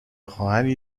خواهری